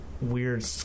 weird